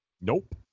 Nope